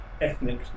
ethnic